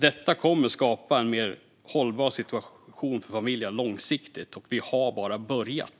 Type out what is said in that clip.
Detta kommer att skapa en mer hållbar situation för familjerna på lång sikt. Vi har bara börjat.